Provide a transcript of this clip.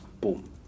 Boom